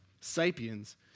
Sapiens